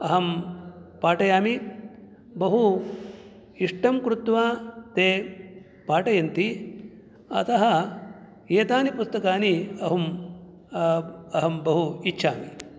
अहं पाठयामि बहु इष्टं कृत्वा ते पाठयन्ति अतः एतानि पुस्तकानि अहम् अहं बहु इच्चामि